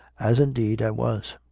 as indeed i was.